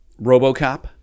Robocop